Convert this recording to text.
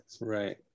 Right